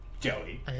Joey